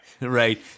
Right